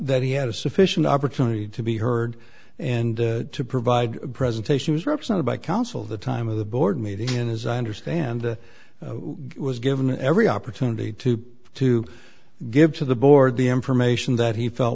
that he had a sufficient opportunity to be heard and to provide presentations represented by counsel the time of the board meeting and as i understand it was given every opportunity to put to give to the board the information that he felt